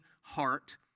heart